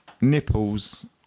nipples